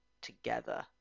together